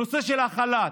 הנושא של החל"ת,